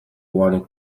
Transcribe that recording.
wanted